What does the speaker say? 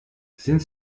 sind